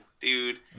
dude